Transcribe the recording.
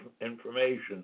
information